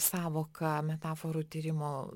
sąvoka metaforų tyrimo